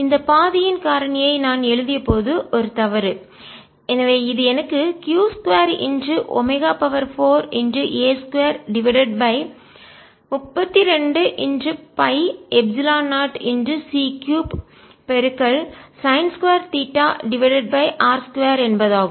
இந்த பாதியின் காரணியை நான் எழுதியபோது ஒரு தவறு எனவே இது எனக்கு q2 omega 4A2 divided by 32 π epsilon 0 c3 பெருக்கல் சைன்2 தீட்டா டிவைடட் பை r2 என்பதாகும்